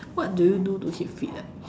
what do you do to keep fit ah